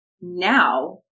now